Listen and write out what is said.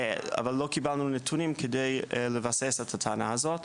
אבל לא קיבלנו נתונים כדי לבסס את הטענה הזאת.